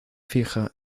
fija